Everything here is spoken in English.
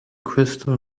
crystal